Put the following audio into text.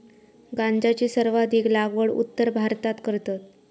गांजाची सर्वाधिक लागवड उत्तर भारतात करतत